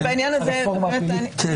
הרפורמה הפלילית.